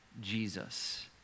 Jesus